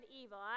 evil